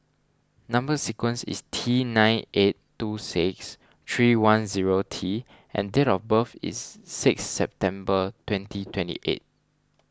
Number Sequence is T nine eight two six three one zero T and date of birth is six September twenty twenty eight